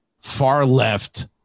far-left